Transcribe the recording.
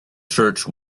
church